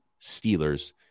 Steelers